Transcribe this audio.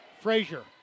Frazier